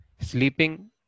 sleeping